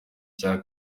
cya